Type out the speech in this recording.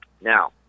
Now